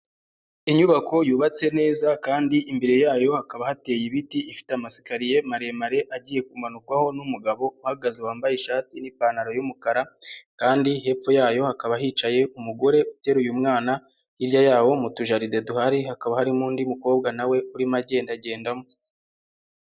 Inyubako yubatse neza kandi imbere yayo hakaba hateye ibiti, ifite amasikariye maremare agiye kumanukwaho n'umugabo uhagaze wambaye ishati n'ipantaro y'umukara kandi hepfo yayo, hakaba hicaye umugore uteruye umwana, hirya yawo mu tujaride duhari, hakaba harimo undi mukobwa na we urimo agendagendamo.